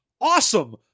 awesome